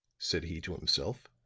said he to himself,